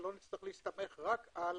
ולא נצטרך להסתמך רק על